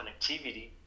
connectivity